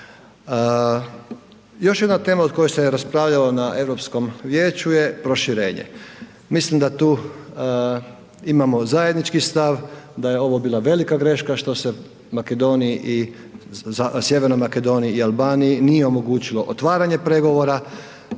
Još jedna tema o kojoj se raspravljalo na Europskom vijeću je proširenje. Mislim da tu imamo zajednički stav da je ovo bila velika greška što se Sjevernoj Makedoniji i Albaniji nije omogućilo otvaranje pregovora,